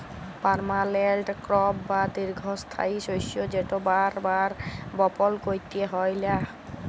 permanent crop বা দীঘ্ঘস্থায়ী শস্য যেট বার বার বপল ক্যইরতে হ্যয় লা